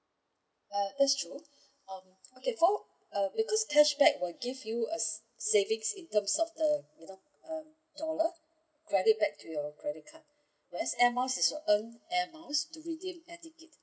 uh that's true um okay so uh because cashback will give you a saving in terms of the you know uh dollar credit back to your credit card whereas airmiles is you earn airmiles to redeem air tickets